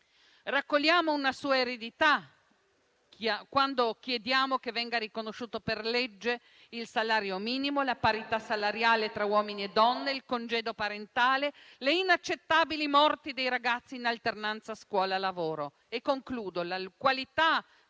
Raccogliamo una sua eredità quando chiediamo che vengano riconosciuti per legge il salario minimo, la parità salariale tra uomini e donne, il congedo parentale e il contrasto alle inaccettabili morti dei ragazzi nell'alternanza scuola-lavoro.